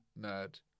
nerd